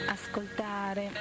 ascoltare